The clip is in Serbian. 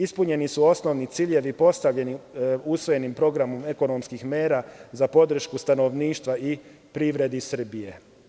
Ispunjeni su osnovni ciljevi postavljeni usvojenim programom ekonomskih mera za podršku stanovništva i privredi Srbije.